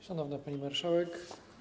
Szanowna Pani Marszałek!